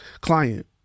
client